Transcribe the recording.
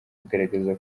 bagaragaza